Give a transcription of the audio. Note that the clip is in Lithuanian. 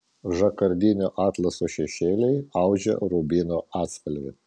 žakardinio atlaso šešėliai audžia rubino atspalvį